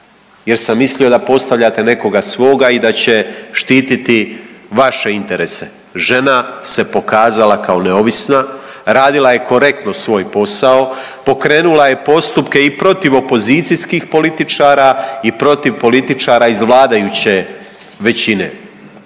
jel sam mislio da postavljate nekoga svoga i da će štititi vaše interese. Žena se pokazala kao neovisna, radila je korektno svoj posao, pokrenula je postupka i protiv opozicijskih političara i protiv političara iz vladajuće većine.